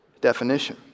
definition